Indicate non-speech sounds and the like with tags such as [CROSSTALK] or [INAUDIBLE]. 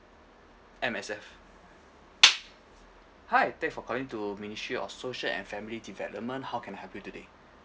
M_S_F [NOISE] hi thanks for calling to ministry of social and family development how can I help you today